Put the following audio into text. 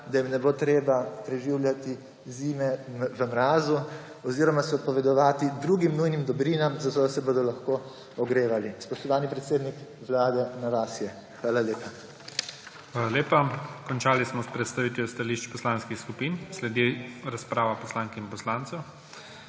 da jim ne bo treba preživljati zime v mrazu oziroma se odpovedovati drugim nujnim dobrinam, zato da se bodo lahko ogrevali. Spoštovani predsednik Vlade, na vas je. Hvala lepa. PREDSEDNIK IGOR ZORČIČ: Hvala lepa. Končali smo s predstavitvijo stališč poslanskih skupin. Sledi razprava poslank in poslancev.